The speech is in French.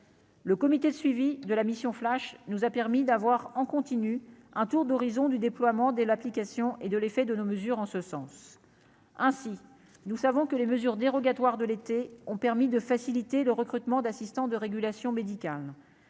Le comité de suivi de la mission flash nous a permis d'avoir en continu, un tour d'horizon du déploiement de l'application et de l'effet de nos mesures en ce sens, ainsi nous savons que les mesures dérogatoires de l'été ont permis de faciliter le recrutement d'assistants de régulation médicale